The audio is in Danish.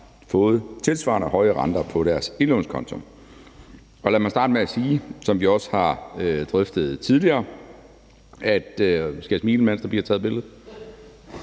fået tilsvarende høje renter på deres indlånskonto. Lad mig starte med at sige, som vi også har drøftet det tidligere, og som vi også har fået det